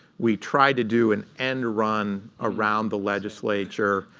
we tried to do an end run around the legislature.